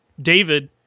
David